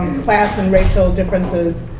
class and racial differences